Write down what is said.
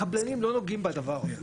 הקבלנים לא נוגעים בדבר הזה.